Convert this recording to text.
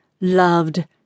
loved